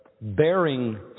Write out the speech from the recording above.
bearing